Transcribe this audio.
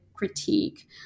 critique